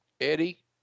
Eddie